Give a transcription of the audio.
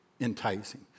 enticing